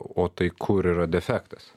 o tai kur yra defektas